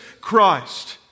Christ